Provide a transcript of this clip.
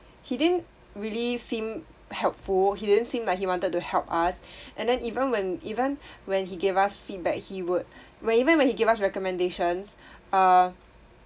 he didn't really seem helpful he didn't seem like he wanted to help us and then even when even when he gave us feedback he would when even when he give us recommendations uh